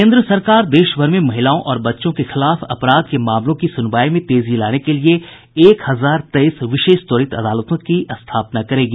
केन्द्र सरकार देशभर में महिलाओं और बच्चों के खिलाफ अपराध के मामलों की सुनवाई में तेजी लाने के लिए एक हजार तेईस विशेष त्वरित अदालतों की स्थापना करेगी